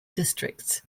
districts